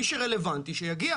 מי שרלוונטי שיגיע.